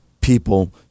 people